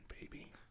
baby